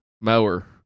mower